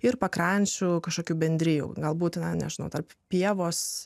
ir pakrančių kažkokių bendrijų galbūt na nežinau tarp pievos